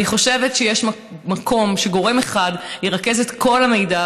אני חושבת שיש מקום שגורם אחד ירכז את כל המידע,